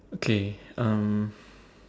okay um